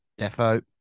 Defo